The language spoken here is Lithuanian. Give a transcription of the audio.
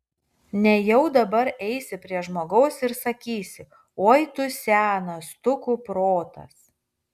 nejau dabar eisi prie žmogaus ir sakysi oi tu senas tu kuprotas